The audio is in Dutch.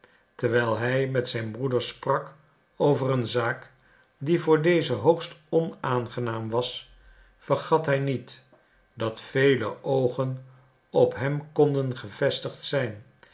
terwijl hij met zijn broeder sprak over een zaak die voor dezen hoogst onaangenaam was vergat hij niet dat vele oogen op hem konden gevestigd zijn